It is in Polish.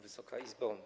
Wysoka Izbo!